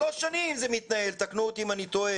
זה מתנהל שלוש שנים, ותקנו אותי אם אני טועה.